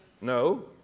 No